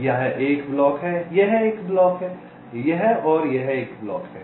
यह एक ब्लॉक है यह एक ब्लॉक है यह एक ब्लॉक है और यह एक ब्लॉक है